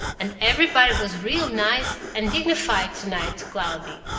and everybody was real nice and dignified to-night, cloudy.